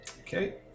Okay